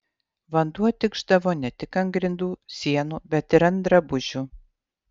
vanduo tikšdavo ne tik ant grindų sienų bet ir ant drabužių